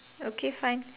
okay fine